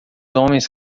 homens